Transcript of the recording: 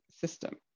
system